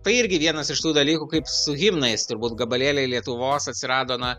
tai irgi vienas iš tų dalykų kaip su himnais turbūt gabalėliai lietuvos atsirado na